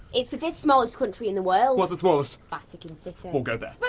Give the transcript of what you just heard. it's the fifth smallest country in the world. what's the smallest? vatican city. we'll go there.